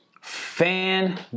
Fan